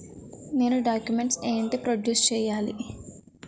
నేను డాక్యుమెంట్స్ ఏంటి ప్రొడ్యూస్ చెయ్యాలి?